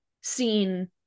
seen